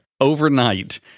overnight